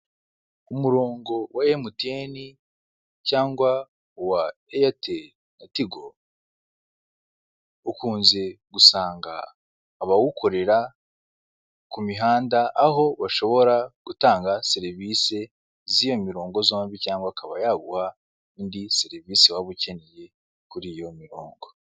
Umurongo wa MTN cyangwa uwa Airtel na tigo ukunze gusanga abawukorera ku mihanda, aho bashobora gutanga serivise z'iyo mirongo zombi cyangwa akaba yaguha indi serivise waba ukeneye kuri iyo mirongo.